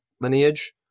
lineage